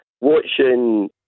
watching